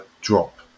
drop